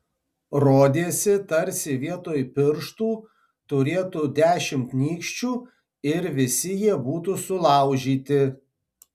rodėsi tarsi vietoj pirštų turėtų dešimt nykščių ir visi jie būtų sulaužyti